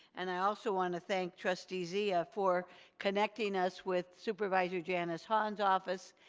and i also want to thank trustee zia for connecting us with supervisor janice hann's office.